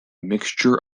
mixture